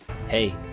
Hey